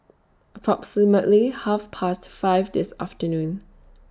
approximately Half Past five This afternoon